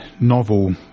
novel